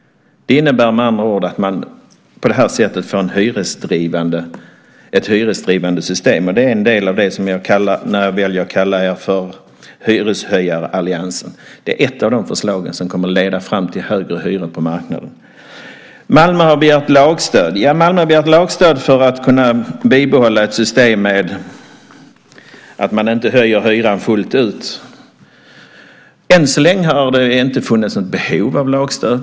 Det innebär med andra ord att man på det här sättet får ett hyresdrivande system. Det är en del av det som ligger bakom när jag väljer att kalla er för hyreshöjaralliansen. Det är ett av de förslagen som kommer att leda fram till högre hyror på marknaden. Malmö har begärt lagstöd. Ja, Malmö har begärt lagstöd för att kunna bibehålla ett system där man inte höjer hyran fullt ut. Än så länge har det inte funnits något behov av lagstöd.